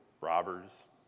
robbers